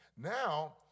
Now